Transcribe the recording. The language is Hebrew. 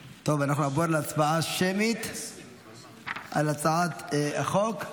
טוב, אנחנו נעבור להצבעה שמית על הצעת החוק.